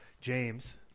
James